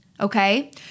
Okay